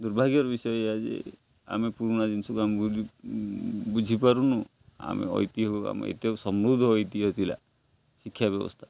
ଦୁର୍ଭାଗ୍ୟର ବିଷୟ ଏହା ଯେ ଆମେ ପୁରୁଣା ଜିନିଷକୁ ଆମେ ବୁଝିପାରୁନୁ ଆମେ ଐତିହ୍ୟ ଆମେ ଏତେ ସମୃଦ୍ଧ ଐତିହ୍ୟ ଥିଲା ଶିକ୍ଷା ବ୍ୟବସ୍ଥା